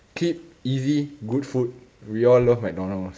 cheap easy good food we all love mcdonald's